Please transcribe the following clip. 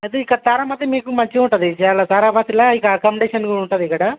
అయితే ఇక్కడ తారా మసీద్ మీకు మంచిగా ఉంటుంది అందులో తారా మస్జిద్లో ఇక్కడ అకామడేషన్ కూడా ఉంటుంది ఇక్కడ